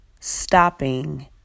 stopping